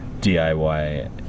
DIY